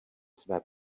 své